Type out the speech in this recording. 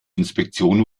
inspektion